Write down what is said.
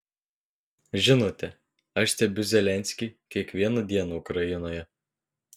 žinote aš stebiu zelenskį kiekvieną dieną ukrainoje